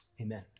Amen